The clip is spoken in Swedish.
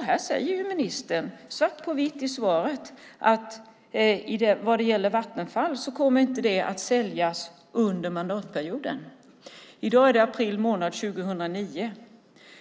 Här säger ministern svart på vitt i svaret att vad gäller Vattenfall kommer det inte att säljas under mandatperioden. I dag är det april månad 2009.